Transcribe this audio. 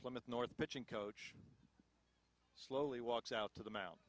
plymouth north pitching coach slowly walks out to the moun